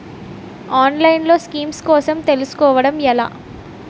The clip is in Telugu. ఆన్లైన్లో స్కీమ్స్ కోసం తెలుసుకోవడం ఎలా?